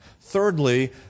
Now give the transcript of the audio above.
Thirdly